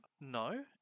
No